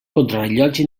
contrarellotge